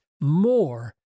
more